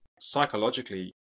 psychologically